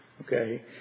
Okay